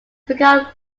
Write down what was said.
become